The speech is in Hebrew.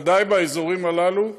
בוודאי באזורים הללו,